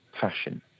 fashion